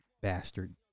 bastard